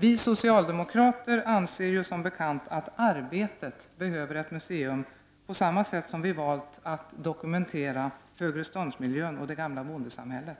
Vi socialdemokrater anser som bekant att arbetet behöver ett museum på samma sätt som vi har valt att dokumentera högreståndsmiljön och det gamla bondesamhället.